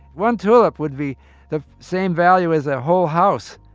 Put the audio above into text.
one tulip would be the same value as a whole house